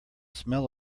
smell